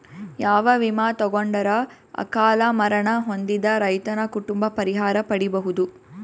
ಯಾವ ವಿಮಾ ತೊಗೊಂಡರ ಅಕಾಲ ಮರಣ ಹೊಂದಿದ ರೈತನ ಕುಟುಂಬ ಪರಿಹಾರ ಪಡಿಬಹುದು?